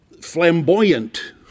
flamboyant